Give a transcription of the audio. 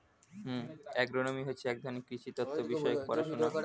agronomy হচ্ছে এক ধরনের কৃষি তথ্য বিষয়ক পড়াশোনা